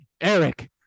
Eric